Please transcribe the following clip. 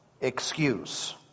excuse